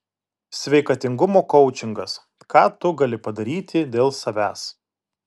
sveikatingumo koučingas ką tu gali padaryti dėl savęs